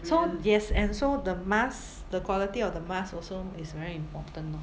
so yes and so the mask the quality of the mask also is very important orh